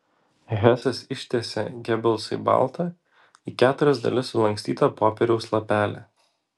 hesas ištiesė gebelsui baltą į keturias dalis sulankstytą popieriaus lapelį